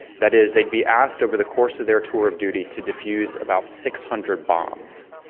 that is, they'd be asked over the course of their tour of duty to defuse about six hundred bombs.